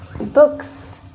books